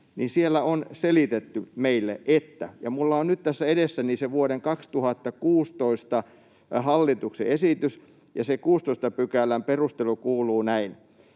niin siellä on selitetty meille — ja minulla on nyt tässä edessäni se vuoden 2016 hallituksen esitys, ja se 16 §:n perustelu kuuluu näin